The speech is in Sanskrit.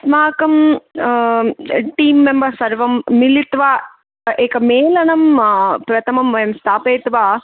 अस्माकं टीं मेम्बर्स् सर्वं मिलित्वा एकमेलनं प्रथमं वयं स्थापयित्वा